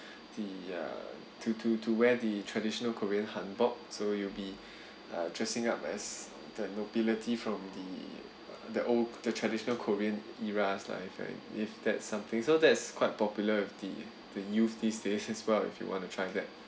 the uh to to to wear the traditional korean hanbok so you'll be uh dressing up as the nobility from the the old the traditional korean eras if I if that's something so that's quite popular with the the youth these days as well if you want to try that